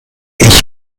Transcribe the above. ich